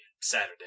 Saturday